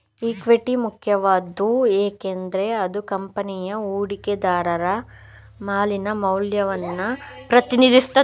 equity ಮುಖ್ಯವಾದ್ದು ಏಕೆಂದ್ರೆ ಅದು ಕಂಪನಿಯ ಹೂಡಿಕೆದಾರರ ಪಾಲಿನ ಮೌಲ್ಯವನ್ನ ಪ್ರತಿನಿಧಿಸುತ್ತೆ